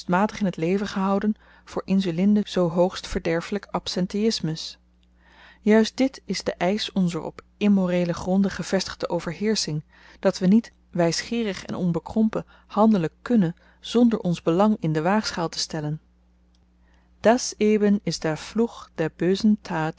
in t leven gehouden voor insulinde zoo hoogst verderfelyk absenteïsmus juist dit is de eisch onzer op immoreele gronden gevestigde overheersching dat we niet wysgeerig en onbekrompen handelen kunnen zonder ons belang in de waagschaal te stellen das eben ist der